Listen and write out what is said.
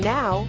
Now